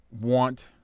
want